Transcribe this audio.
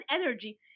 energy